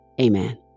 Amen